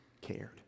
cared